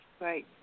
Right